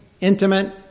intimate